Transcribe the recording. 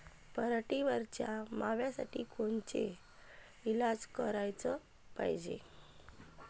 पराटीवरच्या माव्यासाठी कोनचे इलाज कराच पायजे?